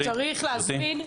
גבירתי,